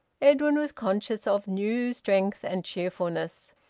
edwin was conscious of new strength and cheerfulness.